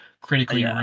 critically